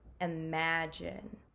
imagine